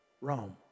Rome